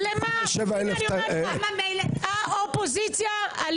הינה אני אומרת לך: האופוזיציה --- למה מילא?